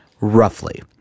Roughly